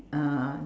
uh